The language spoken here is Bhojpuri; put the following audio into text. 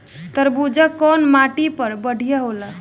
तरबूज कउन माटी पर बढ़ीया होला?